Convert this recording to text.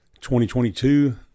2022